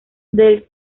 del